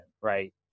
right